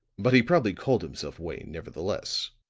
but he probably called himself wayne nevertheless.